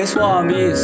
Swami